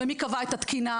ומי קבע את התקינה?